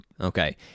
Okay